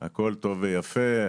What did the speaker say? הכול טוב ויפה,